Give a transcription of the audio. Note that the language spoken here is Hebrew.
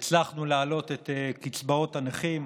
הצלחנו להעלות את קצבאות הנכים,